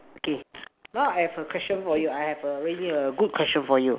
okay now I have a question for you I have a really good question for you